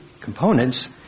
components